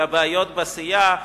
על הבעיות בסיעה.